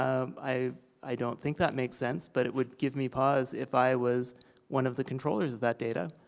um i i don't think that makes sense. but it would give me pause if i was one of the controllers of that data.